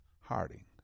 Harding